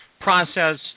process